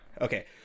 okay